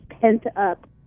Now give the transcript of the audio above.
pent-up